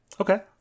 okay